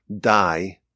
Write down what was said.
die